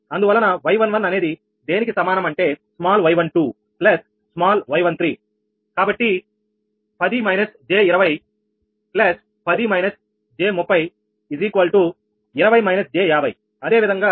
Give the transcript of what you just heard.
అందువలన𝑌11 అనేది దేనికి సమానం అంటే స్మాల్ 𝑦12 ప్లస్ స్మాల్ 𝑦13కాబట్టి 10 − j 20 10 − j 30 20 −j 50